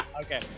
Okay